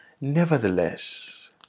nevertheless